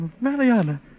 Mariana